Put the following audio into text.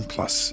Plus